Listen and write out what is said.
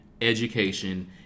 education